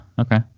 okay